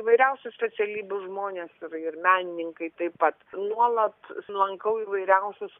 įvairiausių specialybių žmonės ir ir menininkai taip pat nuolat lankau įvairiausius